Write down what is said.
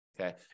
okay